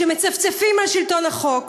שמצפצפים על שלטון החוק,